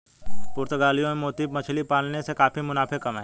पुर्तगालियों ने मोती मछली पालन से काफी मुनाफे कमाए